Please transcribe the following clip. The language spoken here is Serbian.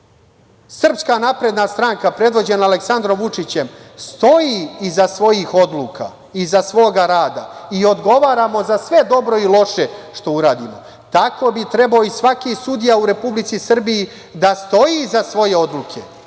Srpska napredna stranka predvođena Aleksandrom Vučićem, stojimo iza svojih odluka i iza svoga rada i odgovaramo za sve dobro i loše što uradimo, tako bi trebao i svaki sudija u Republici Srbiji da stoji iza svoje odluke